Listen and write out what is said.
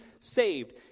saved